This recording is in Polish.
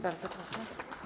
Bardzo proszę.